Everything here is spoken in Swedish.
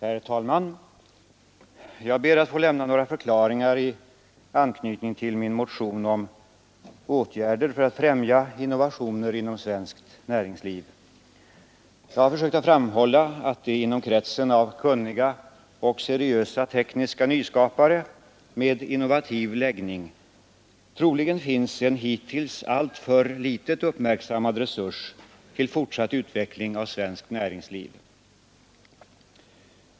Herr talman! Jag ber att få lämna några förklaringar i anknytning till min motion om åtgärder för att främja innovationer inom svenskt näringsliv. Jag har försökt framhålla att det inom kretsen av kunniga och seriösa tekniska nyskapare med innovativ läggning troligen finns en hittills alltför litet uppmärksammad resurs till fortsatt utveckling av svenskt näringsliv.